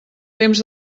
temps